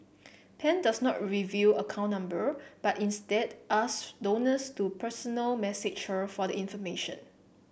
Pan does not reveal account number but instead ask donors to personal message her for the information